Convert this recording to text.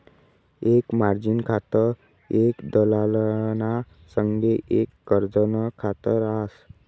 एक मार्जिन खातं एक दलालना संगे एक कर्जनं खात रास